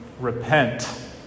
Repent